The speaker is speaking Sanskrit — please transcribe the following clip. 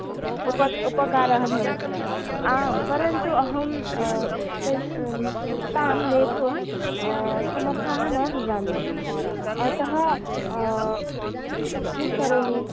उप उपकारः भवति आम् परन्तु अहं तश् तां नेतुं समर्थाः न भवामि अतः किं करोमि